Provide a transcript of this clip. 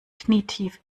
knietief